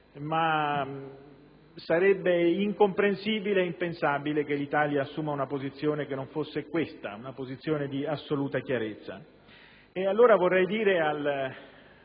ma sarebbe incomprensibile e impensabile che l'Italia assumesse una posizione che non fosse questa, di assoluta chiarezza.